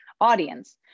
audience